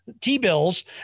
T-bills